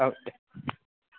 औ दे